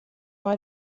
mei